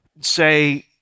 say